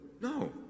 No